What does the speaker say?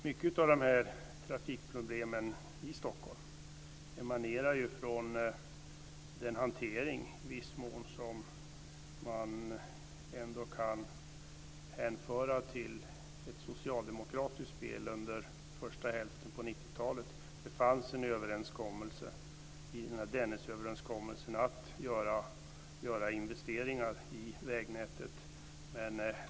Herr talman! Många av trafikproblemen i Stockholm emanerar från den hantering man ändå i viss mån kan hänföra till ett socialdemokratiskt spel under första hälften på 90-talet. Det fanns en överenskommelse, Dennisöverenskommelsen, att göra investeringar i vägnätet.